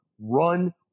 run